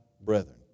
brethren